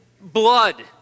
blood